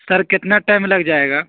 سر کتنا ٹائم لگ جائے گا